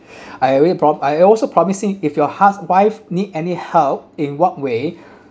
I already pro~ I also promising him if your housewife need any help in what way